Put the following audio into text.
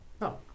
No